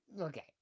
Okay